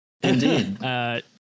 Indeed